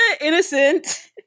innocent